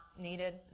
needed